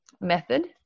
method